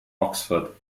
oxford